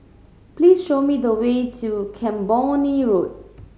please show me the way to Camborne Road